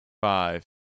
Five